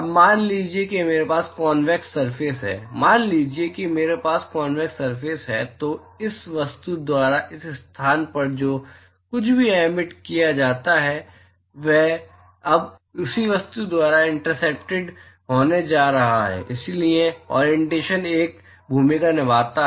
अब मान लीजिए कि मेरे पास कॉनवेक्स सरफेस है मान लीजिए कि मेरे पास कॉनवेक्स सरफेस है तो इस वस्तु द्वारा इस स्थान पर जो कुछ भी एमिट किया जाता है वह अब उसी वस्तु द्वारा इंटरसेप्टेड होने जा रहा है इसलिए ऑरिएंटेशन एक भूमिका निभाता है